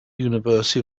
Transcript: universe